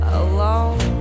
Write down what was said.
alone